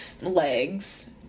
legs